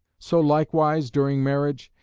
so likewise during marriage,